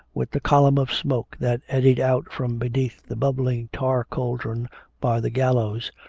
with the column of smoke that eddied out from beneath the bubbling tar-cauldron by the gallows,